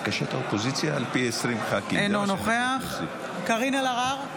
אינו נוכח קארין אלהרר,